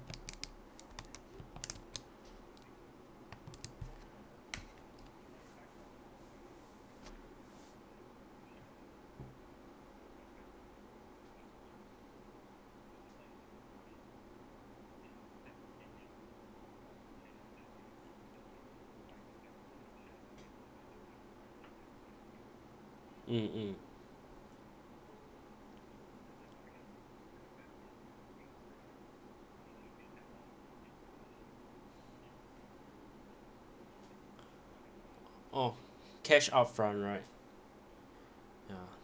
mm mm oh cash upfront right ya